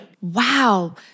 Wow